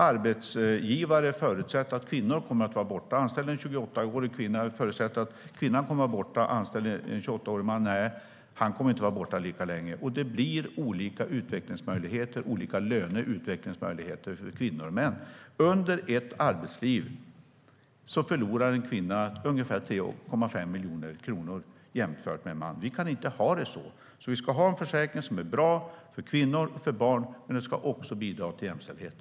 Arbetsgivare förutsätter att kvinnor kommer att vara borta. Om man anställer en 28-årig kvinna förutsätter man att hon kommer att vara borta. Om man anställer en 28-årig man förutsätter man att han inte kommer att vara borta lika länge. Det blir olika utvecklingsmöjligheter och olika löneutvecklingsmöjligheter för kvinnor och män. Under ett arbetsliv förlorar en kvinna ungefär 3,5 miljoner kronor jämfört med en man. Vi kan inte ha det så. Vi ska ha en försäkring som är bra för kvinnor och för barn, men den ska också bidra till jämställdheten.